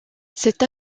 cette